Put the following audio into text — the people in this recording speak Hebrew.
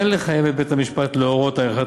אין לחייב את בית-המשפט להורות על עריכת